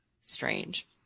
strange